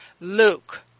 Luke